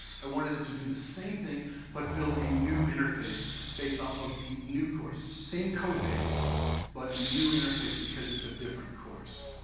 i wanted it to do the same thing but build a new interface based off of the new course, same codebase but new interface because it's a different course.